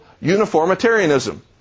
uniformitarianism